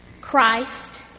Christ